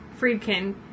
Friedkin